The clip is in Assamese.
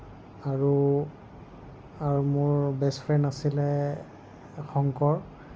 আৰু আৰু মোৰ বেষ্টফ্ৰেণ্ড আছিলে শংকৰ